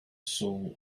soul